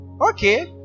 okay